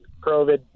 COVID